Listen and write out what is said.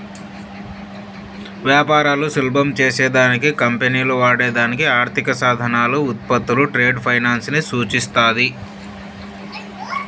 వ్యాపారాలు సులభం చేసే దానికి కంపెనీలు వాడే దానికి ఆర్థిక సాధనాలు, ఉత్పత్తులు ట్రేడ్ ఫైనాన్స్ ని సూచిస్తాది